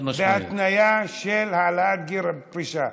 בהתניה של העלאת גיל הפרישה.